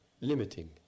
limiting